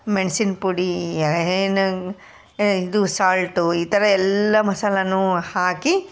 ಮೆಣ್ಸಿನ ಪುಡಿ ಏನು ಇದು ಸಾಲ್ಟು ಈ ಥರ ಎಲ್ಲ ಮಸಾಲೆನೂ ಹಾಕಿ